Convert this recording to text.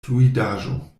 fluidaĵo